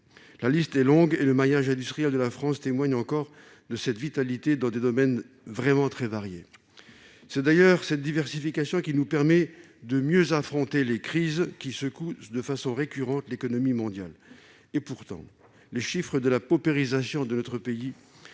La liste est longue, et le maillage industriel de la France témoigne de cette vitalité économique dans des domaines très variés. Cette diversification nous permet d'affronter les crises qui secouent de façon récurrente l'économie mondiale. Pourtant, les chiffres de la paupérisation de notre pays